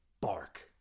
bark